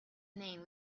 name